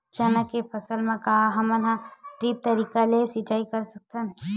चना के फसल म का हमन ड्रिप तरीका ले सिचाई कर सकत हन?